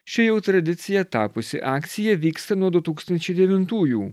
ši jau tradicija tapusi akcija vyksta nuo du tūkstančiai devintųjų